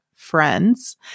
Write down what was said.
Friends